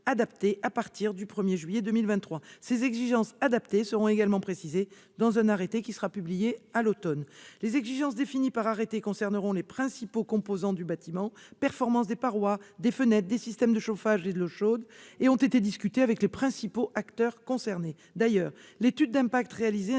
adaptées à partir du 1 juillet 2023. Là aussi, celles-ci seront précisées dans un arrêté qui sera publié à l'automne. Les exigences définies par arrêté concerneront les principaux composants du bâtiment- performance des parois, des fenêtres, des systèmes de chauffage et d'eau chaude -et ont été discutées avec les principaux acteurs concernés. D'ailleurs, l'étude d'impact réalisée indique